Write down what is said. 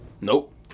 Nope